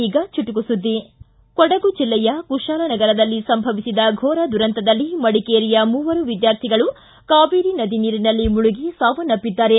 ಈಗ ಚುಟುಕು ಸುದ್ದಿ ಕೊಡಗು ಜಿಲ್ಲೆಯ ಕುಶಾಲನಗರದಲ್ಲಿ ಸಂಭವಿಸಿದ ಘೋರ ದುರಂತದಲ್ಲಿ ಮಡಿಕೇರಿಯ ಮೂವರು ವಿದ್ವಾರ್ಥಿಗಳು ಕಾವೇರಿ ನದಿ ನೀರಿನಲ್ಲಿ ಮುಳುಗಿ ಸಾವನ್ನಪ್ಪಿದ್ದಾರೆ